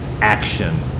action